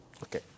Okay